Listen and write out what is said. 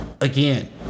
again